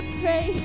pray